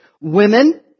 women